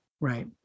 Right